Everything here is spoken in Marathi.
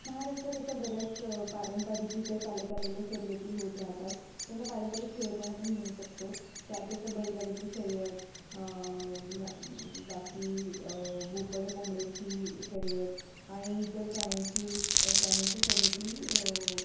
महाराष्ट्रात अशा बऱ्याच पारंपरिकरित्या चालत आलेल्या शर्यती होत राहतात यांना पारंपरिक खेळ पण आपण म्हणू शकतो त्यात असं बैलगाड्याची शर्यत बाकी बोकड कोंबड्याची शर्यत आणि इतर प्राण्यांची श प्राण्यांच्या शर्यती